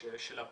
של הפער,